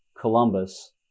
Columbus